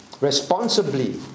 responsibly